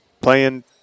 playing